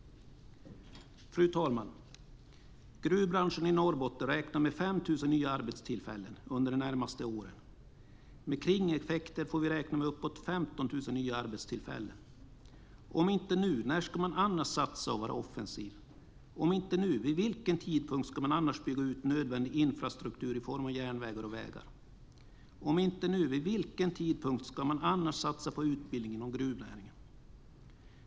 Fru talman! Gruvbranschen i Norrbotten räknar med 5 000 nya arbetstillfällen under de närmaste åren. Med kringeffekter får vi räkna med uppåt 15 000 nya arbetstillfällen. Om inte nu, när ska man annars satsa och vara offensiv? Om inte nu, vid vilken tidpunkt ska man annars bygga ut nödvändig infrastruktur i form av järnvägar och vägar? Om inte nu, vid vilken tidpunkt ska man annars satsa på utbildning inom gruvnäringen?